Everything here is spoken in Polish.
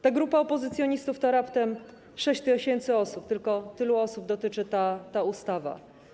Ta grupa opozycjonistów to raptem 6 tys. ludzi, tylko tylu osób dotyczy ta ustawa.